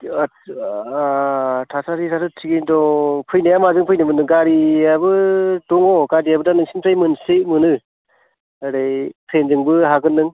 थासारिआथ' थिगैनो दं फैनाया माजों फैनोमोन नों गारिआबो दङ गारिआबो दा नोंसिनिफ्राय मोनसे मोनो ओरै ट्रेनजोंबो हागोन नों